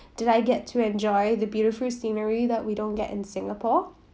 did I get to enjoy the beautiful scenery that we don't get in singapore